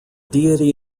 deity